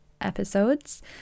episodes